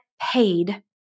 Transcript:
paid